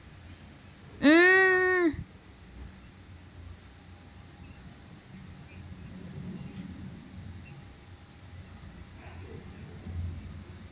mm